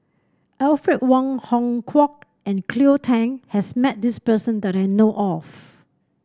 Alfred Wong Hong Kwok and Cleo Thang has met this person that I know of